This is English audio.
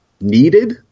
needed